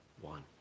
one